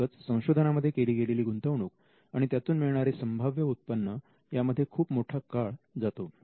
सहाजिकच संशोधनामध्ये केली गेलेली गुंतवणूक आणि त्यातून मिळणारे संभाव्य उत्पन्न यामध्ये खूप मोठा काळ जातो